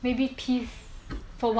so what's the point